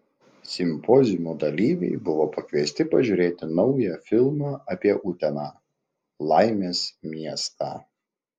simpoziumo dalyviai buvo pakviesti pažiūrėti naują filmą apie uteną laimės miestą